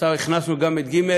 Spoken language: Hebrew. ובסוף הכנסנו גם את ג'.